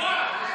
בדיוק.